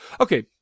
Okay